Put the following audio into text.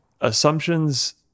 assumptions